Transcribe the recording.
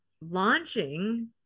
launching